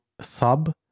sub